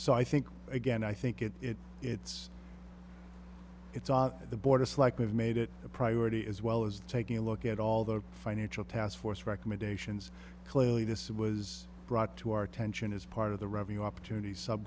so i think again i think it it it's it's on the borders like we've made it a priority as well as taking a look at all the financial taskforce recommendations clearly this was brought to our attention as part of the revenue opportunity sub